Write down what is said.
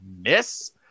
miss